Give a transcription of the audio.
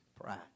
pride